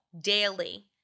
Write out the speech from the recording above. daily